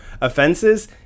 offenses